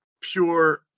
pure